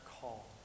call